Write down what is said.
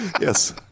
Yes